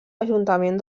ajuntament